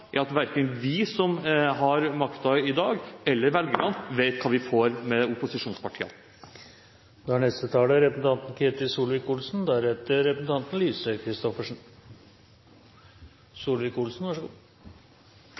at verken vi som har makta i dag, eller velgerne, vet hva vi får med opposisjonspartiene. Jeg tror nok det kan sies at forrige taler